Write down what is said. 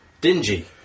Dingy